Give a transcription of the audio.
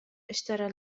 اشترى